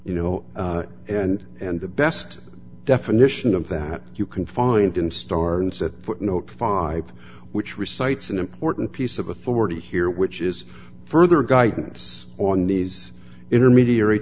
you know and and the best definition of that you can find in store and said footnote five which recites an important piece of authority here which is further guidance on these intermediary